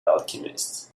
alchemist